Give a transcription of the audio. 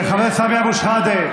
חבר הכנסת סמי אבו שחאדה,